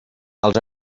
els